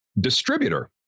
distributor